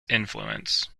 influence